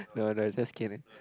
no lah no lah just kidding